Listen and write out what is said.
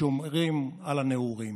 שומרים על הנעורים.